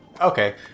Okay